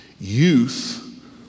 youth